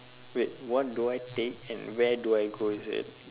wait what do I take and where do I go is it